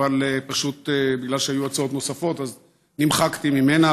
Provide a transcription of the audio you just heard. אבל פשוט בגלל שהיו הצעות נוספות אז נמחקתי ממנה,